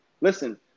Listen